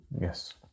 Yes